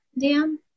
Dan